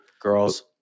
Girls